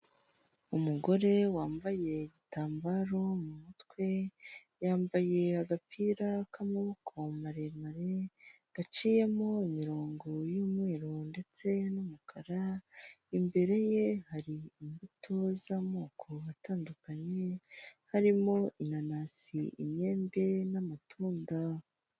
Umugore wambaye igitambaro mu mutwe, yambaye agapira k'amaboko maremare, gaciyemo imirongo y'umweru ndetse n'umukara, imbere ye hari imbuto z'amoko atandukanye harimo inanasi imyembe n'amatunda.